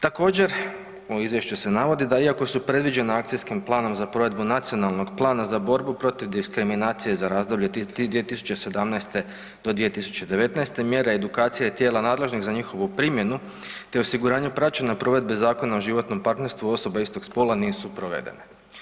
Također u izvješću se navodi da iako su predviđena Akcijskim planom za provedbu nacionalnog plana za borbu protiv diskriminacije za razdoblje 2017.-2019. mjera i edukacija tijela nadležnih za njihovu primjenu te osiguranje praćenja provedbe Zakona o životnom partnerstvu osoba istog spola nisu provedene.